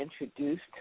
introduced